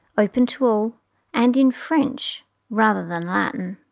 open to all and in french rather than latin.